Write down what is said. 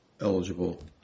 eligible